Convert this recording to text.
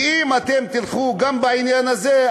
ואם אתם תלכו גם בעניין הזה,